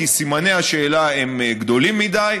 כי סימני השאלה גדולים מדי.